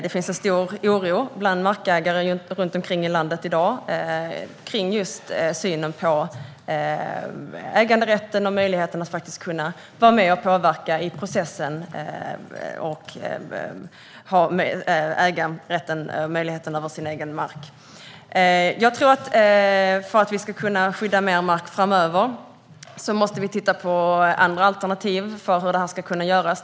Det finns en stor oro bland markägare runt om i landet i dag beträffande synen på äganderätten och möjligheterna att faktiskt vara med och påverka processen och rättigheterna över den egna marken. För att vi ska kunna skydda mer mark framöver måste vi titta på andra alternativ för hur detta ska kunna göras.